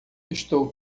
estou